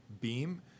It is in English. beam